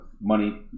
money